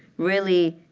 really,